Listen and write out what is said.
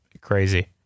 crazy